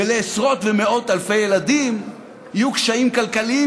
ולעשרות ומאות אלפי ילדים יהיו קשיים כלכליים,